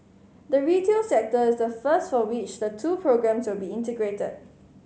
the retail sector is the first for which the two programmes will be integrated